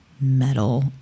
metal